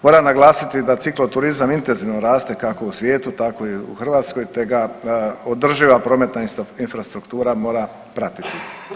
Moram naglasiti da cikloturizam intenzivno raste kako u svijetu tako i u Hrvatskoj te ga održiva prometna infrastruktura mora pratiti.